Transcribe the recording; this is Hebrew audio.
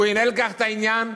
ינהל כך את העניין,